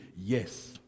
Yes